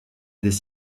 des